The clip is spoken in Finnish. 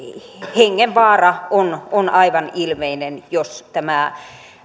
hengenvaara on aivan ilmeinen jos tämä